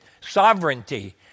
sovereignty